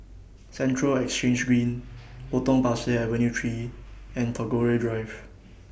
Central Exchange Green Potong Pasir Avenue three and Tagore Drive